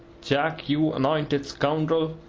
jack, you anointed scoundrel,